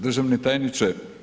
Državni tajniče.